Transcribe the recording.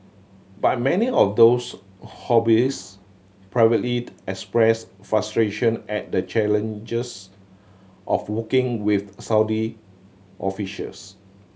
but many of those hobbies privately express frustration at the challenges of working with Saudi officials